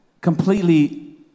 completely